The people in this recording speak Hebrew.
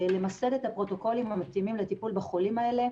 למסד את הפרוטוקולים המתאימים לטיפול בחולים האלה,